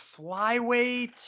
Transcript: flyweight